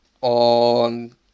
on